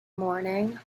morning